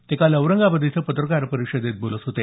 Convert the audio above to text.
ते काल औरंगाबाद इथं पत्रकार परिषदेत बोलत होते